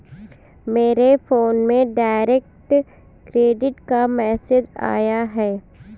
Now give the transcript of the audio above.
मेरे फोन में direct credit का मैसेज आया है